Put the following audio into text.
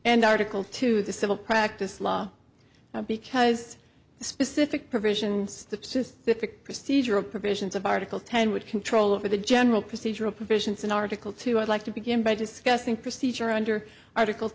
and article two the civil practice law because the specific provisions of just procedural provisions of article ten with control over the general procedural provisions in article two i'd like to begin by discussing procedure under article